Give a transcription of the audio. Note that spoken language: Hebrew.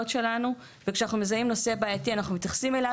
שלנו וכשאנחנו מזהים נושא בעייתי אנחנו מתייחסים אליו,